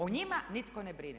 O njima nitko ne brine.